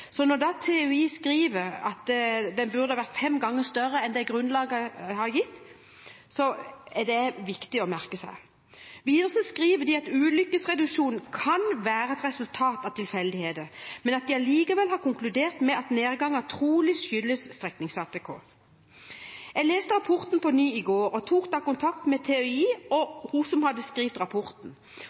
Så når TØI skriver at det burde vært fem ganger større enn det som har vært grunnlaget, er det viktig å merke seg det. Videre skriver de at ulykkesreduksjonen kan være et resultat av tilfeldigheter, men at de likevel har konkludert med at nedgangen trolig skyldes streknings-ATK. Jeg leste rapporten på nytt i går, og tok da kontakt med TØI og hun som hadde skrevet rapporten.